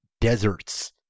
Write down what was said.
deserts